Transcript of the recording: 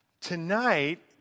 Tonight